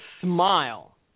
smile